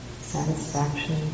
satisfaction